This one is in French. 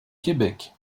québec